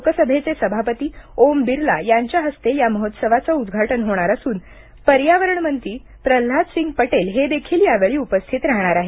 लोकसभेचे सभापती ओम बिर्ला यांच्या हस्ते या महोत्सवाचे उद्घाटन होणार असून पर्यटन मंत्री प्रह्नादसिंग पटेल हे देखील यावेळी उपस्थित राहणार आहेत